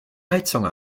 heizung